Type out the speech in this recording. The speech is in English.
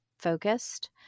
focused